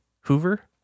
Hoover